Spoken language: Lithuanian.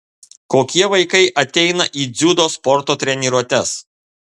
kokie vaikai ateina į dziudo sporto treniruotes